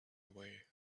away